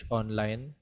online